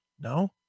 No